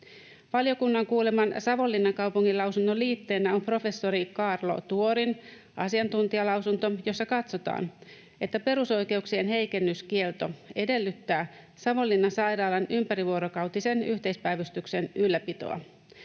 Valiokunnan kuuleman Savonlinnan kaupungin lausunnon liitteenä on professori Kaarlo Tuorin asiantuntijalausunto, jossa katsotaan, että perusoikeuksien heikennyskielto edellyttää Savonlinnan sairaalan ympärivuorokautisen yhteispäivystyksen ylläpitoa.